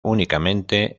únicamente